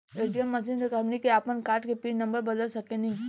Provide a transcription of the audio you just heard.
ATM machine से हमनी के आपन कार्ड के पिन नम्बर बदल सके नी